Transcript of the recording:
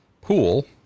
pool